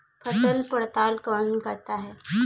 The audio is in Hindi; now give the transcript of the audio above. फसल पड़ताल कौन करता है?